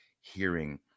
hearing